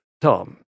Tom